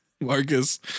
Marcus